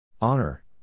Honor